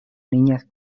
niñas